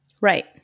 Right